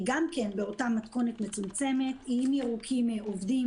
גם באותה מתכונת מצומצמת; איים ירוקים עובדים